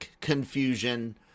confusion